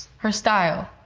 her style,